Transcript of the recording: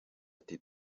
ati